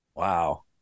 Wow